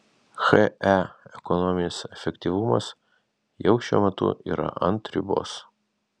he ekonominis efektyvumas jau šiuo metu yra ant ribos